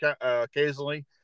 occasionally